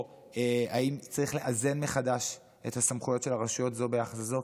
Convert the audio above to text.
האם צריך לאזן מחדש את הסמכויות של הרשויות זו ביחד עם זו?